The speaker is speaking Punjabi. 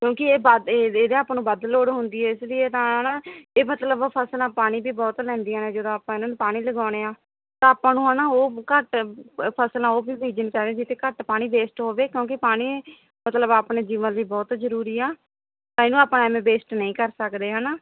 ਕਿਉਂਕਿ ਇਹ ਬਦ ਇਹਦਾ ਆਪਾ ਨੂੰ ਵੱਧ ਲੋੜ ਹੁੰਦੀ ਇਸ ਲਈ ਤਾਂ ਇਹ ਮਤਲਬ ਫਸਲਾ ਪਾਣੀ ਵੀ ਬਹੁਤ ਲੈਂਦੀਆਂ ਨੇ ਜਦੋਂ ਆਪਾਂ ਇਹਨਾਂ ਨੂੰ ਪਾਣੀ ਲਗਾਉਣੇ ਆ ਤਾਂ ਆਪਾਂ ਨੂੰ ਹਨਾ ਉਹ ਘੱਟ ਫਸਲਾਂ ਉਹ ਵੀ ਜਨ ਕਹਿ ਰਹੇ ਸੀ ਤੇ ਘੱਟ ਪਾਣੀ ਵੇਸਟ ਹੋਵੇ ਕਿਉਂਕਿ ਪਾਣੀ ਮਤਲਬ ਆਪਣੇ ਜੀਵਨ ਲਈ ਬਹੁਤ ਜਰੂਰੀ ਆ ਇਹਨੂੰ ਆਪਾਂ ਐਵੇਂ ਵੇਸਟ ਨਹੀਂ ਕਰ ਸਕਦੇ ਹਨਾ